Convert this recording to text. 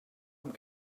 amb